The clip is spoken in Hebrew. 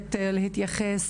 עליהן.